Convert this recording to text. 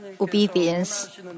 obedience